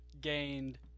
gained